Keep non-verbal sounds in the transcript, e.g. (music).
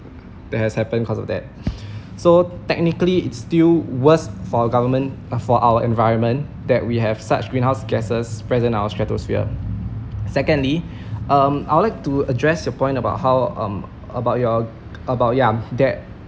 that has happened cause of that (breath) so technically it's still worse for our government for our environment that we have such greenhouse gasses present in our stratosphere secondly um I would like to address your point about how um about your about yup that